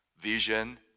vision